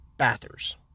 bathers